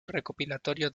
recopilatorio